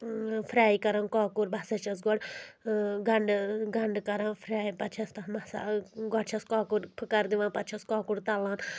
فراے کران کۄکُر بہٕ ہسا چھَس گۄڈٕ گنٛڈٕ گنٛڈٕ کران فراے پتہٕ چھس تَتھ مسال گۄڈٕ چھس کۄکُر پھٕکر دِوان پَتہٕ چھس کۄکُر تَلان